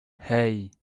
hey